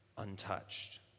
Untouched